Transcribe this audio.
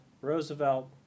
Roosevelt